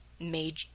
made